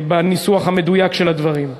בניסוח המדויק של הדברים.